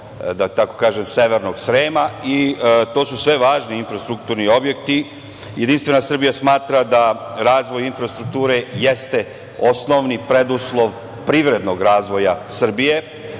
gore, odnosno severnog Srema. To su sve važni infrastrukturni objekti. Jedinstvena Srbija smatra da razvoj infrastrukture jeste osnovni preduslov privrednog razvoja Srbije,